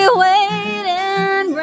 waiting